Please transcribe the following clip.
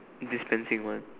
distance sign